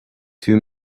two